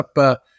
up